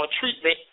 treatment